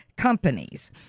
Companies